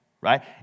right